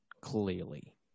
clearly